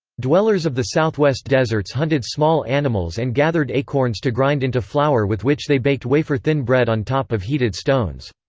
dwellers of the southwest deserts hunted small animals and gathered acorns to grind into flour with which they baked wafer-thin bread on top of heated stones.